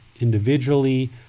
individually